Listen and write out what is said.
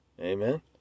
Amen